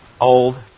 Old